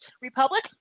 republic